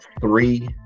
Three